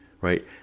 right